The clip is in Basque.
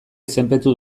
izenpetu